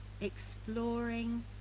exploring